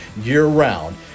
year-round